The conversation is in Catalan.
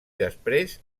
després